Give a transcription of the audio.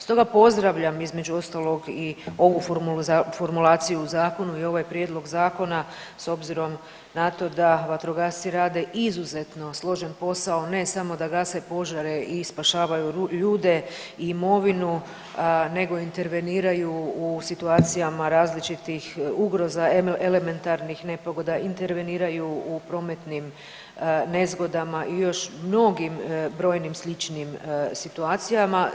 Stoga pozdravljam između ostalog i ovu formulaciju u zakonu i ovaj prijedlog zakona s obzirom na to da vatrogasci rade izuzetno složen posao ne samo da gase požare i spašavaju ljude i imovinu, nego interveniraju u situacijama različitih ugroza, elementarnih nepogoda, interveniraju u prometnim nezgodama i još mnogim brojnim sličnim situacijama.